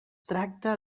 tracta